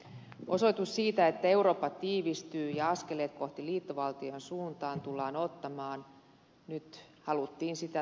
tämä on osoitus siitä että eurooppa tiivistyy ja askeleet kohti liittovaltion suuntaa tullaan ottamaan nyt haluttiin sitä tai ei